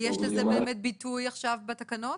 ויש לזה באמת ביטוי עכשיו בתקנות?